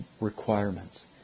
requirements